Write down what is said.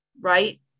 right